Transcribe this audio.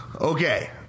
Okay